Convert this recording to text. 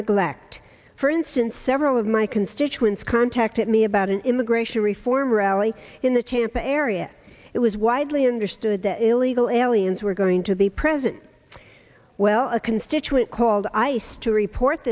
neglect for instance several of my constituents contacted me about an immigration reform rally in the tampa area it was widely understood that illegal aliens were going to be present well a constituent called ice to report